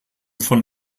von